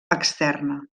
externa